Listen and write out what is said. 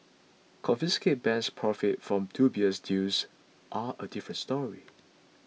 confiscated banks profit from dubious deals are a different story